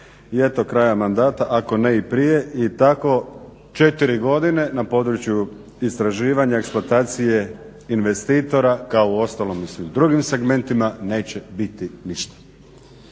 I eto, krajem mandata, ako ne i prije i tako četiri godine na području istraživanja, eksplatacije investitora kao u ostalom u svim drugim segmentima neće biti ništa.